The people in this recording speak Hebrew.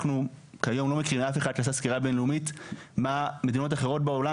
אנחנו כיום לא מכירים אף אחד שעשה סקירה לאומית מה מדינות אחרות בעולם,